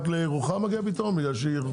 רק לירוחם מגיע פתרון רק בגלל שהיא רחוקה?